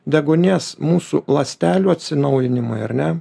deguonies mūsų ląstelių atsinaujinimui ar ne